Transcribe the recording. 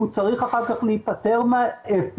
הוא צריך אחר כך להיפטר מהאפר,